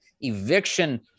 eviction